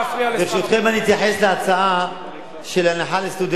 ברשותכם, אני אתייחס להצעה של הנחה לסטודנטים.